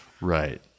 Right